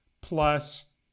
plus